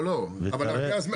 לא, לא, אבל --- לא